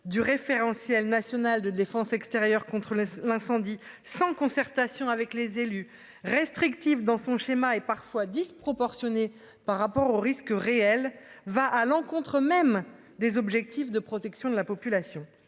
Du référentiel national de défense extérieure contre l'incendie sans concertation avec les élus restrictif dans son schéma et parfois disproportionnés par rapport aux risques réels va à l'encontre même des objectifs de protection de la population.